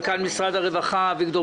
מנכ"ל משרד הרווחה.